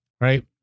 right